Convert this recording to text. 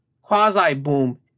quasi-boom